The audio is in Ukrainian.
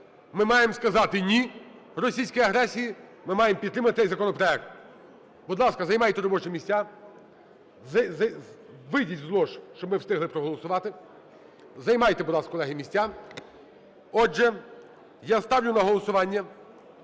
Ми маємо сказати "ні" російській агресії, ми маємо підтримати цей законопроект. Будь ласка, займайте робочі місця. Вийдіть з лож, щоб ми встигли проголосувати. Займайте, будь ласка, колеги, місця. Отже, я ставлю на голосування